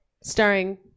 Starring